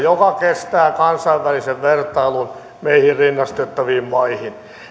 joka kestää kansainvälisen vertailun meihin rinnastettaviin maihin